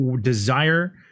desire